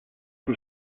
was